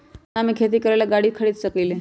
हम केतना में खेती करेला गाड़ी ले सकींले?